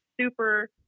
super